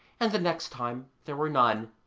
and the next time there were none.